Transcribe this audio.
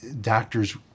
doctors